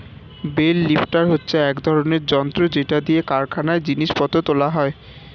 bell lifter হচ্ছে এক রকমের যন্ত্র যেটা দিয়ে কারখানায় জিনিস পত্র তোলা হয়